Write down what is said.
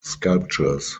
sculptures